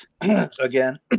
again